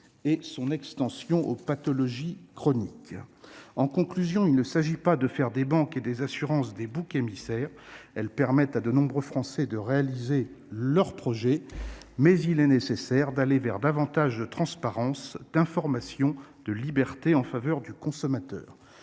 de son extension aux pathologies chroniques. En conclusion, il ne s'agit pas de faire des banques et des assurances des boucs émissaires. Très bien ! Elles permettent à de nombreux Français de réaliser leurs projets. Toutefois, il est nécessaire d'aller vers davantage de transparence, d'information et de liberté en faveur du consommateur.